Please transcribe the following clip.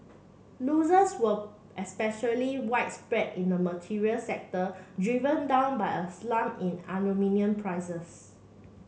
losers were especially widespread in the materials sector driven down by a slump in aluminium prices